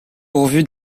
pourvu